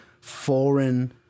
foreign